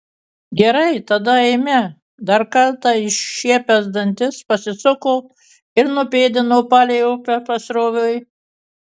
gerai tada eime dar kartą iššiepęs dantis pasisuko ir nupėdino palei upę pasroviui